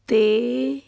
'ਤੇ